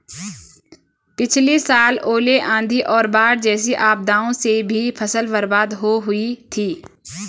पिछली साल ओले, आंधी और बाढ़ जैसी आपदाओं से भी फसल बर्बाद हो हुई थी